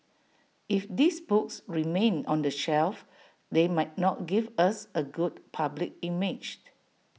if these books remain on the shelf they might not give us A good public image